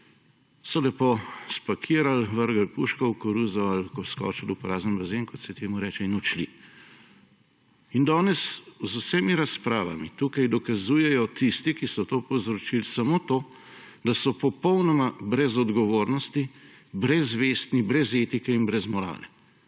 so lepo spakirali, vrgli puško v koruzo ali skočili v prazen bazen, kot se temu reče, in odšli. Danes z vsemi razpravami tukaj dokazujejo tisti, ki so to povzročili, samo to, da so popolnoma brez odgovornosti, brez vesti, brez etike in brez morale.